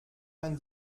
man